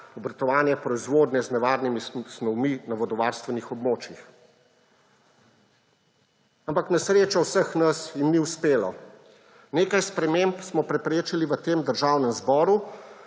obratovanje proizvodnje z nevarnimi snovmi na vodovarstvnih območjih. Ampak na srečo vseh nas jim ni uspelo. Nekaj sprememb smo preprečili v tem državnem zboru,